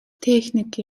техник